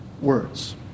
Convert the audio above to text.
words